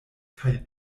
kaj